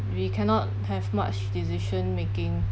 we cannot have much decision making